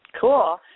Cool